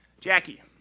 Jackie